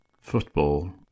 football